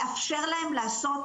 לאפשר להם לעשות,